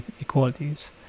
equalities